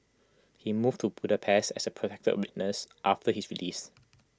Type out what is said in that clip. he moved to Budapest as A protected witness after his release